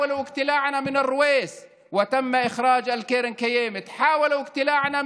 ניסו לעקור אותנו מרוויס והוציאו את הקרן הקיימת,